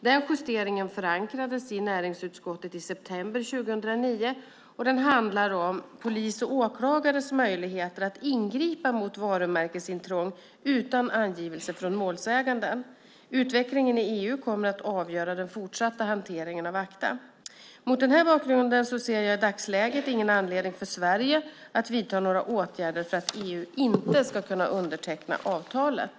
Den justeringen förankrades i näringsutskottet i september 2009 och handlar om polis och åklagares möjligheter att ingripa mot varumärkesintrång utan angivelse från målsäganden. Utvecklingen i EU kommer att avgöra den fortsatta hanteringen av ACTA. Mot denna bakgrund ser jag i dagsläget ingen anledning för Sverige att vidta några åtgärder för att EU inte ska kunna underteckna avtalet.